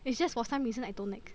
it's just for some reason I don't like